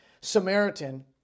Samaritan